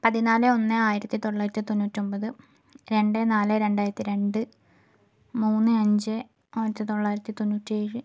പതിനാല് ഒന്ന് ആയിരത്തിത്തൊള്ളായിരത്തി തൊണ്ണൂറ്റൊമ്പത് രണ്ട് നാല് രണ്ടായിരത്തി രണ്ട് മൂന്ന് അഞ്ച് ആയിരത്തിത്തൊള്ളായിരത്തി തൊണ്ണൂറ്റേഴ്